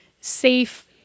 safe